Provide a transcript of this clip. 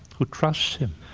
who trusts him,